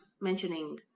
mentioning